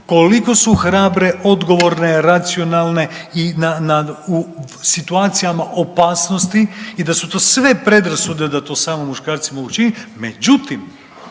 koliko su hrabre, odgovorne, racionalne i situacijama opasnosti i da su to sve predrasude da to samo muškarci mogu učiniti.